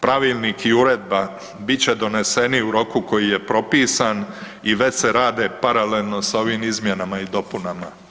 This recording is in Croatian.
Pravilnik i uredba bit će doneseni u roku koji je propisan i već se rade paralelno s ovim izmjenama i dopunama.